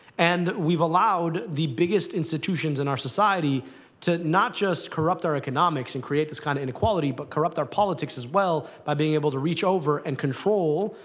and we've allowed the biggest institutions in our society to not just corrupt our economics and create this kind of inequality, but corrupt our politics as well by being able to reach over and control,